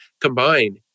combine